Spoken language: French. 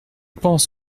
pense